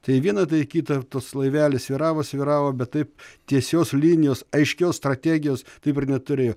tai viena tai kita tas laivelis svyravo svyravo bet taip tiesios linijos aiškios strategijos taip ir neturėjo